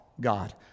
God